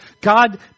God